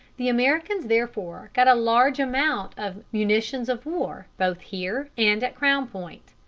the americans therefore got a large amount of munitions of war, both here and at crown point.